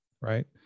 right